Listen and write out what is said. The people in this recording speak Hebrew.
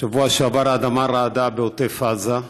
בשבוע שעבר האדמה רעדה בעוטף עזה,